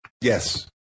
Yes